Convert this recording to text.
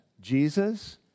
Jesus